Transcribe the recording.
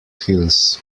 hills